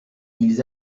ils